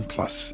Plus